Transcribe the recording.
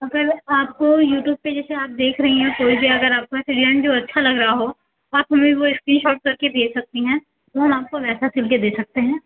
अगर आपको यूटूब पर जैसे आप देख रहीं हैं कोई भी अगर आपको डिजाइन जो अच्छा लग रहा हो वह आप हमें वह स्क्रीनशॉट करके भेज सकती हैं तो हम आपको वैसा सिल के दे सकते हैं